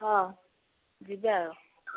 ହଁ ଯିବା ଆଉ